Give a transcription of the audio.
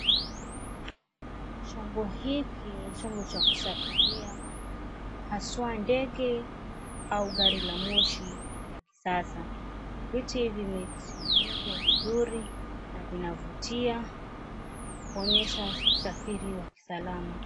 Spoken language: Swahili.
Chombo hiki ni chombo cha kusafiria haswa ndege au gari la moshi ya kisasa. Viti vimetengenezwa vizuri na vina vutia kuonyesha usafiri wa kisalama.